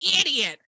idiot